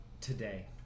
today